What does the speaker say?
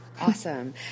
Awesome